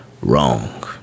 wrong